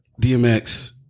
dmx